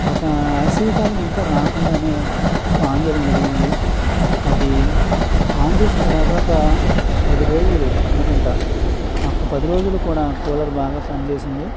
ఒక వేసవికాలం ఇంకా రాకుండానే ఆన్ చేయడం జరిగింది అది ఆన్ చేసిన తర్వాత ఒక పది రోజులు అనుకుంటా ఆ ఒక్క పది రోజులు కూడా కూలర్ బాగా పనిచేసింది